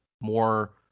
more